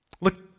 Look